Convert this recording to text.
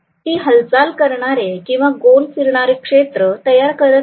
ती हालचाल करणारे किंवा गोल फिरणारे क्षेत्र तयार करणार नाही